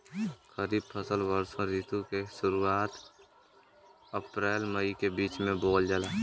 खरीफ फसल वषोॅ ऋतु के शुरुआत, अपृल मई के बीच में बोवल जाला